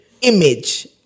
image